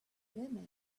limit